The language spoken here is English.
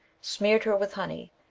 smeared her with honey,